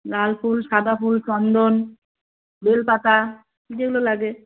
লালফুল সাদাফুল চন্দন বেলপাতা যেগুলো লাগে